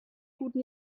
guten